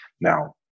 now